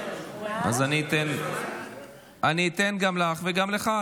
אני אתן גם לך וגם לך.